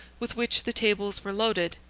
with which the tables were loaded,